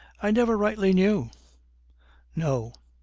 i never rightly knew no!